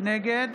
נגד